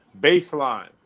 baseline